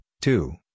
two